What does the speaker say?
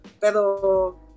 Pero